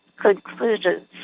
Conclusions